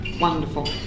Wonderful